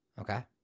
okay